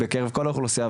בקרב כל האוכלוסייה,